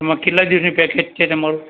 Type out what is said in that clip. એમાં કેટલાં દિવસનું પેકેજ છે તમારું